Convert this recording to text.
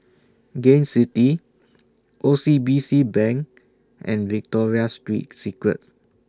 Gain City O C B C Bank and Victoria Street Secret